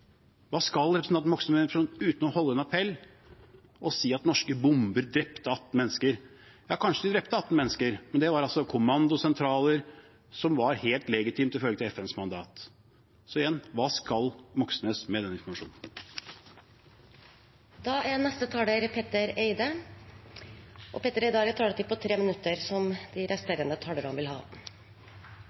Hva skal representanten Moxnes med det, uten det å holde en appell og si at norske bomber drepte 18 mennesker? Kanskje de drepte 18 mennesker, men det var altså kommandosentraler, noe som var helt legitimt ifølge FNs mandat. Hva skal Moxnes med den informasjonen? De talere som heretter får ordet, har en taletid på inntil 3 minutter.